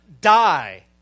die